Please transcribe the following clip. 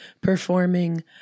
performing